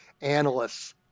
analysts